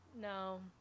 No